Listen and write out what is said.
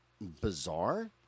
bizarre